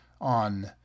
on